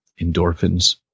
Endorphins